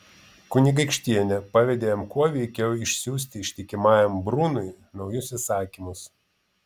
kunigaikštienė pavedė jam kuo veikiau išsiųsti ištikimajam brunui naujus įsakymus